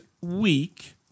week